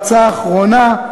וההצעה האחרונה: